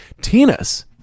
Tennis